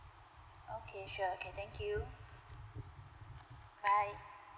okay sure okay thank you bye